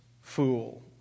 fool